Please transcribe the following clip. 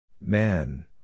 Man